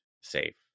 safe